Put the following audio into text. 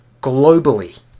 globally